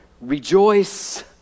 rejoice